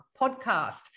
Podcast